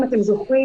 אם אתם זוכרים,